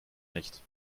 nicht